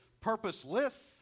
purposeless